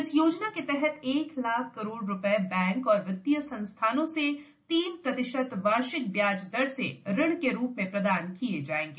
इस योजना के तहत एक लाख करोड़ रुपए बैंक और वित्तीय संस्थाओं से तीन प्रतिशत वार्षिक ब्याज दर से ऋण के रूप में प्रदान किए जाएंगे